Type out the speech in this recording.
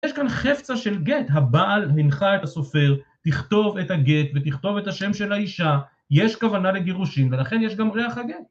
יש כאן חפצה של גט, הבעל הנחה את הסופר, תכתוב את הגט ותכתוב את השם של האישה, יש כוונה לגירושים ולכן יש גם ריח הגט.